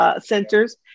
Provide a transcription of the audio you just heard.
Centers